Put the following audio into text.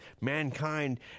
Mankind